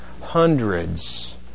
Hundreds